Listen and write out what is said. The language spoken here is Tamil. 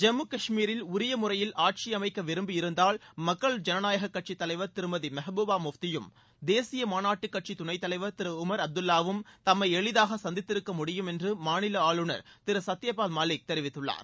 ஜம்மு கஷ்மீரில் உரிய முறையில் ஆட்சி அமைக்க விரும்பியிருந்தால் மக்கள் ஜனநாயக கட்சித் தலைவர் திருமதி மெஹ்பூபா முப்தியும் தேசிய மாநாட்டுக் கட்சித் துணைத்தலைவர் திரு உமர் அப்துல்லாவும் தம்மை எளிதாக சந்தித்திருக்கமுடியும் என்று மாநில ஆளுநர் திரு சத்ய பால் மாலிக் தெரிவித்துள்ளார்